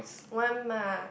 one mark